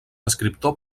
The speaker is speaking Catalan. escriptor